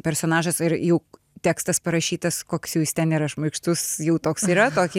personažas ar juk tekstas parašytas koks jau jis ten yra šmaikštus jau toks yra tokį